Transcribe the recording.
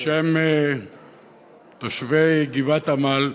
בשם תושבי גבעת עמל,